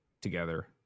together